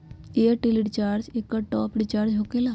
Airtel recharge एकर top up recharge होकेला?